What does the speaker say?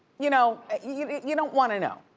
you know? ah you you don't wanna know.